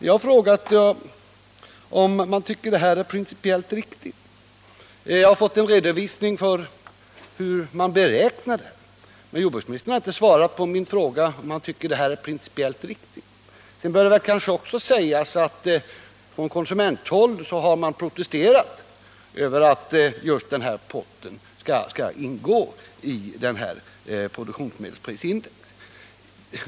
Jag har frågat om jordbruksministern tycker att detta är principiellt riktigt. Jag har fått en redovisning av beräkningssättet, men jordbruksministern har inte svarat på min principfråga. Det bör kanske också sägas att man från konsumenthåll har protesterat mot att denna kostnadspost skall ingå i produktionsmedelsprisindex.